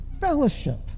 fellowship